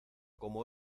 como